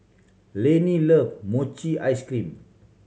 Lanie love mochi ice cream